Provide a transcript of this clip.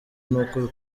n’uko